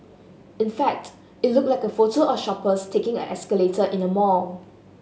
in fact it looked like a photo of shoppers taking an escalator in a mall